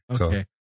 Okay